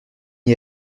n’y